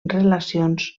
relacions